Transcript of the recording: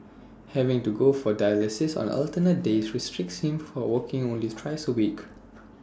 having to go for dialysis on alternate days restricts him for working only thrice A week